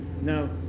Now